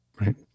Right